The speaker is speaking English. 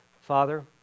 father